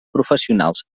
professionals